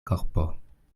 korpo